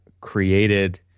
created